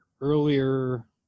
earlier